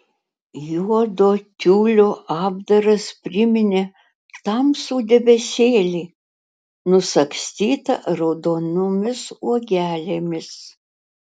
juodo tiulio apdaras priminė tamsų debesėlį nusagstytą raudonomis uogelėmis